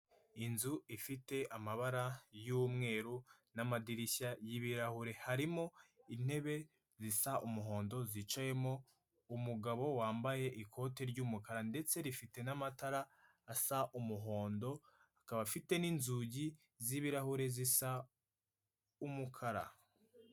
Inzu ifite amabara y'umweru n'amadirishya y'ibirahure, harimo intebe zisa umuhondo zicayemo umugabo wambaye ikote ry'umukara ndetse rifite n'amatara asa umuhondo. Akaba afite n'inzugi z'ibirahure zisa umukara.